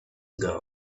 ago